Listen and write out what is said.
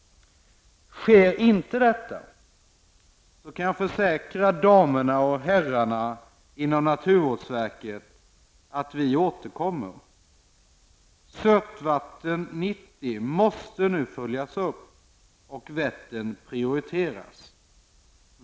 Sker inte detta kan jag försäkra herrarna och damerna inom naturvårdsverket att vi återkommer. Sötvatten 90 måste nu följas upp och Vättern prioriteras.